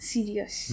Serious